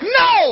no